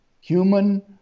human